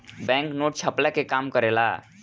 bank note छ्पला के काम करेला